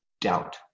doubt